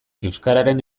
euskararen